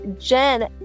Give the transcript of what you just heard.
Jen